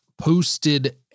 posted